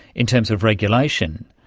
in terms of regulation,